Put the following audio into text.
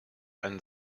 ein